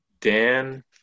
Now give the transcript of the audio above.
Dan